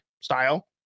style